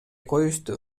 коюшту